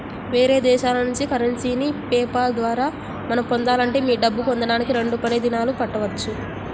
వేరే దేశాల నుంచి కరెన్సీని పే పాల్ ద్వారా మనం పొందాలంటే మీ డబ్బు పొందడానికి రెండు పని దినాలు పట్టవచ్చు